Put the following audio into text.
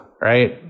right